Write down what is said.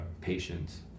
patients